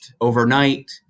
overnight